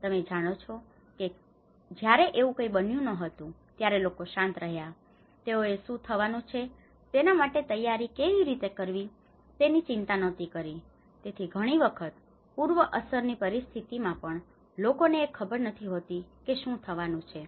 તમે જાણો છો કે જ્યારે એવું કંઈ બન્યું ન હતું ત્યારે લોકો શાંત રહ્યા તેઓએ શું થવાનું છે તેના માટે તૈયારી કેવી રીતે કરવી તેની ચિંતા નહોતી કરી તેથી ઘણી વખત પૂર્વ અસરની પરિસ્થિતિઓમાં પણ લોકોને એ ખબર નથી હોતી કે શું થવાનું છે